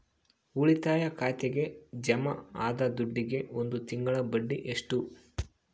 ಉಳಿತಾಯ ಖಾತೆಗೆ ಜಮಾ ಆದ ದುಡ್ಡಿಗೆ ಒಂದು ತಿಂಗಳ ಬಡ್ಡಿ ಎಷ್ಟು?